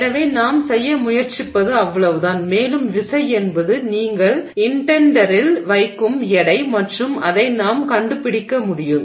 எனவே நாம் செய்ய முயற்சிப்பது அவ்வளவுதான் மேலும் விசை என்பது நீங்கள் இன்டெண்டரில் வைக்கும் எடை மற்றும் அதை நாம் கண்டுபிடிக்க முடியும்